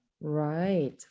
Right